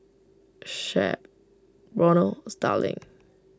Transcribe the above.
Shep Ronald Starling